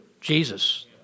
Jesus